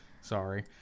Sorry